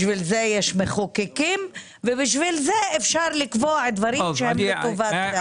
בשביל זה יש מחוקקים ובשביל זה אפשר לקבוע דברים שהם לטובת.